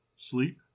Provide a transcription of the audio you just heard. Sleep